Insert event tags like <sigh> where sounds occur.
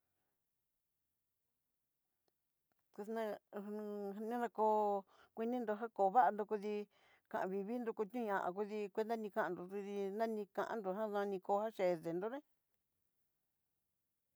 Kuné <hesitation> nenákoo kuinindó já koo váa nró kudí, kan vivinró kudiñajan kudí cuenta ni kandó kudí nanikanró ján nani ko'a ché dendoné.